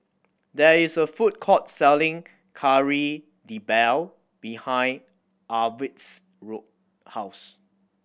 there is a food court selling Kari Debal behind Arvid's Road house